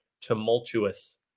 Tumultuous